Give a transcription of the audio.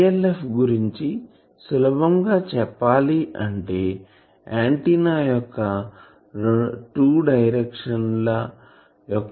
PLF గురించి సులభముగా చెప్పాలి అంటే ఆంటిన్నా యొక్క 2 డైరెక్షన్ ల యొక్క డాట్ ప్రోడక్ట్